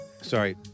Sorry